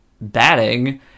batting